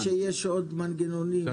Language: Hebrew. אמרתם שיש עוד מנגנונים.